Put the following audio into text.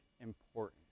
important